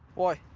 oi,